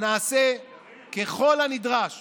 ונעשה ככל הנדרש